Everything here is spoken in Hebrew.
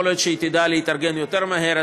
יכול להיות שהיא תדע להתארגן יותר מהר.